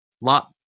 lot